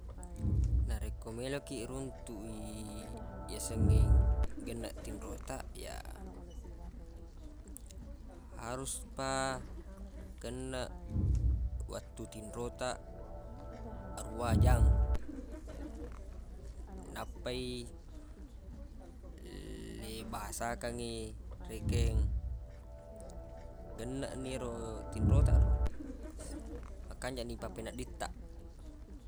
Narekko meloq kiq runtuq i yasengnge genneq tinro taq ya harus pa genneq wettu tinro taq aruwa jang nappai le bahasakangngi rekeng genneq ni ero tinro taq ro makanjaq ni pappenedding taq